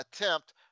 attempt